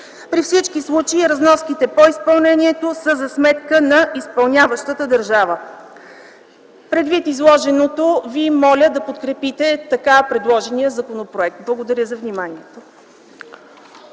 При всички случаи разноските по изпълнението са за сметка на изпълняващата държава. Предвид на изложеното ви моля да подкрепите така предложения законопроект. Благодаря за вниманието.